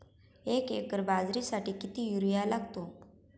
एक एकर बाजरीसाठी किती युरिया लागतो?